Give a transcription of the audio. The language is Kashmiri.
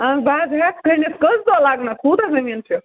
اہن حظ بہٕ حظ ہٮ۪کہٕ کھٔنِتھ کٔژ دۄہ لَگنَس کوٗتاہ زٔمیٖن چھُ